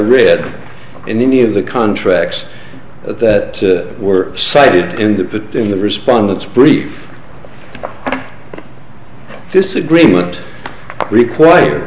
read in any of the contracts that were cited in the in the respondents brief this agreement require